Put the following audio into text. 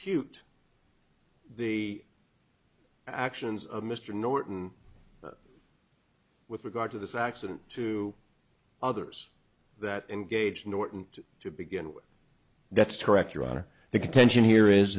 impute the actions of mr norton with regard to this accident to others that engage norton to begin with that's correct your honor the contention here is